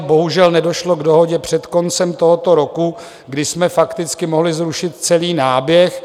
Bohužel, nedošlo k dohodě před koncem tohoto roku, kdy jsme fakticky mohli zrušit celý náběh.